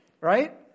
right